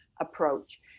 approach